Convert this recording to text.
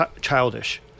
childish